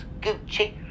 Gucci